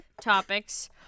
topics